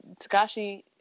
Takashi